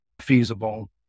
feasible